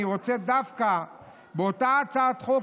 אני רוצה דווקא באותה הצעת חוק,